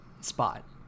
spot